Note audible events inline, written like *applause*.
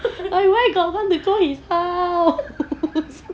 I where got want to go his house *laughs*